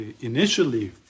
initially